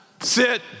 Sit